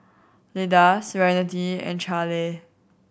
Lida Serenity and Charle